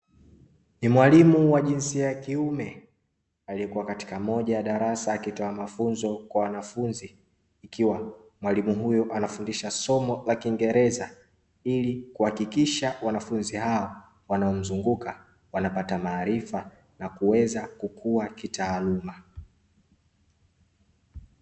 Ni mwalimu wa jinsia ya kiume aliyekuwa katika moja ya darasa, akitoa mafunzo kwa wanafunzi ikiwa mwalimu huyo anafundisha somo la kiingereza, ili kuhakikisha wanafunzi hao wanaomzunguka wanapata maarifa na kuweza kukua kitaaluma.